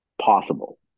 possible